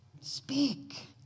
speak